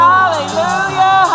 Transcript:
Hallelujah